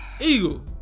Eagle